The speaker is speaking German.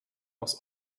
aus